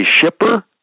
shipper